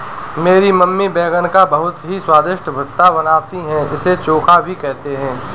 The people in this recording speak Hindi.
मेरी मम्मी बैगन का बहुत ही स्वादिष्ट भुर्ता बनाती है इसे चोखा भी कहते हैं